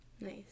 Nice